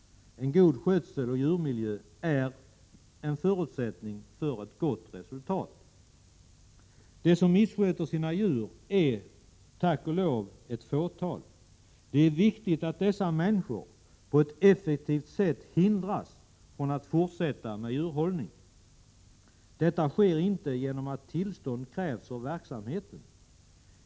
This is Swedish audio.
En god skötsel och djurmiljö är en förutsättning för ett gott resultat. De som missköter sina djur är tack och lov ett fåtal. Det är viktigt att dessa människor på ett effektivt sätt hindras från att fortsätta med djurhållning. Detta sker inte genom att tillstånd krävs för verksamheten.